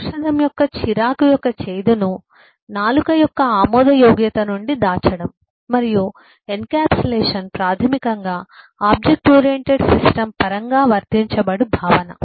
ఔషధం యొక్క చిరాకు యొక్క చేదును నాలుక యొక్క ఆమోదయోగ్యత నుండి దాచడం మరియు ఎన్క్యాప్సులేషన్ ప్రాథమికంగా ఆబ్జెక్ట్ ఓరియెంటెడ్ సిస్టమ్ పరంగా వర్తించబడు భావన